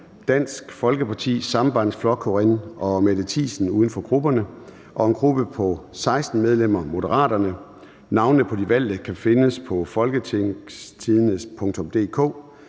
Dansk Folkeparti, Sambandsflokkurin og Mette Thiesen (UFG); og en gruppe på 16 medlemmer: Moderaterne. Navnene på de valgte kan findes på www.folketingstidende.dk